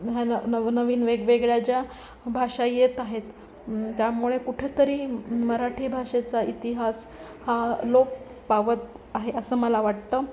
ह्या न नवनवीन वेगवेगळ्या ज्या भाषा येत आहेत त्यामुळे कुठेतरी मराठी भाषेचा इतिहास हा लोप पावत आहे असं मला वाटतं